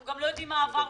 אנחנו גם לא יודעים מה עברם,